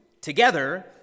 together